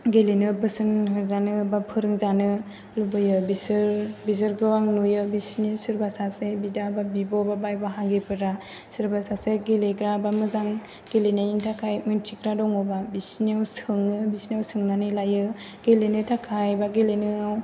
गेलेनो बोसोन होजानो बा फोरों जानो लुबैयो बिसोर बिसोरखौ आं नुयो बिसोरनि सोरबा सासे बिदा बा बिब' बा भाय बाहागिफोरा सोरबा सासे गेलेग्रा बा मोजां गेलेनायनि थाखाय मिनथिग्रा दङबा बिसिनियाव सोङो बिसिनियाव सोंनानै लायो गेलेनो थाखाय बा गेलेनायाव